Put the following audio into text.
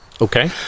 Okay